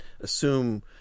assume